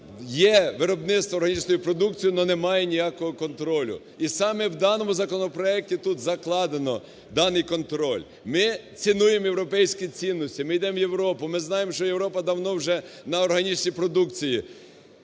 є виробництво органічної продукції, але немає ніякого контролю. І саме в даному законопроекті тут закладено даний контроль. Ми цінуємо європейські цінності. Ми йдемо в Європу. Ми знаємо, що Європа давно вже на органічній продукці,